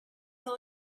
all